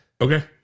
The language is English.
Okay